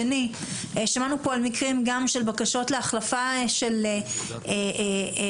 שמענו פה גם מקרים של בקשות להחלפה של עבודות,